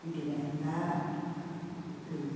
बिदिरा दा